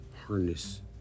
Harness